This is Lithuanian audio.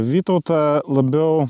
vytautą labiau